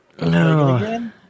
No